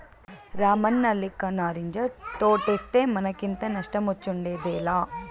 రామన్నలెక్క నారింజ తోటేస్తే మనకింత నష్టమొచ్చుండేదేలా